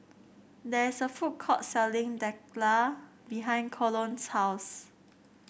there is a food court selling Dhokla behind Colon's house